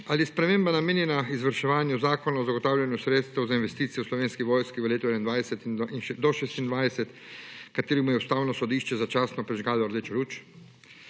je sprememba namenjena izvrševanju Zakona o zagotavljanju sredstev za investicije v Slovenski vojski v letih 2021 do 2026, ki mu je Ustavno sodišče začasno prižgalo rdečo luč?